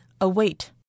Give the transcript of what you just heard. await